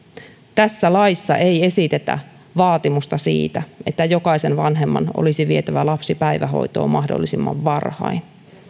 tässä laissa ei esitetä vaatimusta siitä että jokaisen vanhemman olisi vietävä lapsi päivähoitoon mahdollisimman varhain